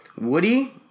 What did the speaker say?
Woody